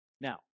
Now